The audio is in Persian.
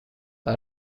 بیا